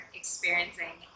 experiencing